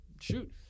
shoot